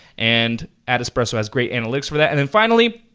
and adespresso has great analytics for that. and then finally,